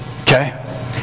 Okay